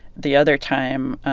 the other time,